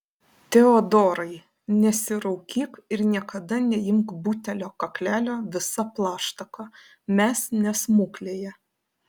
teodorai nesiraukyk ir niekada neimk butelio kaklelio visa plaštaka mes ne smuklėje